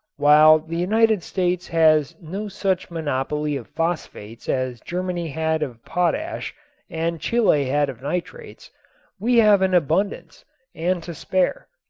while the united states has no such monopoly of phosphates as germany had of potash and chile had of nitrates we have an abundance and to spare.